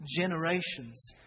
generations